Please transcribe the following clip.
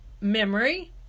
memory